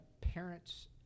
parents